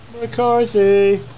McCarthy